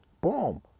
boom